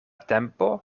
tempo